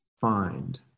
find